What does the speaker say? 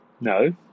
No